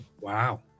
wow